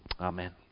Amen